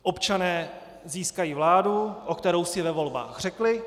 Občané získají vládu, o kterou si ve volbách řekli.